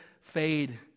fade